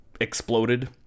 exploded